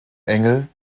engel